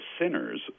sinners